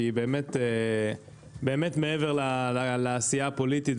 שבאמת מעבר לעשייה הפוליטית,